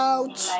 Out